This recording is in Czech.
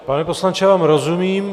Pane poslanče, já vám rozumím.